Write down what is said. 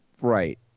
right